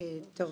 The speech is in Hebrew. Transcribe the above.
טוב,